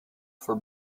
for